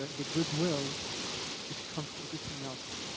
ah the goodwill just trumps everything else.